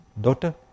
daughter